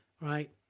right